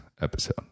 episode